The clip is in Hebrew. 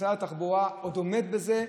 משרד התחבורה עוד עומד בזה,